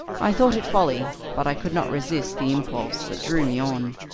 i thought it folly, but i could not resist the impulse that drew me on.